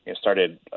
started